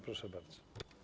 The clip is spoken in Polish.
Proszę bardzo.